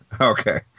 Okay